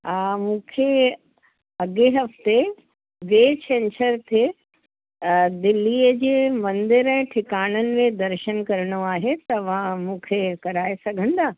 हा मूंखे अॻिए हफ़्ते ॿिए छंछर ते दिल्लीअ जे मंदरु ऐं ठिकाननि में दर्शनु करिणो आहे मूंखे कराए सघंदा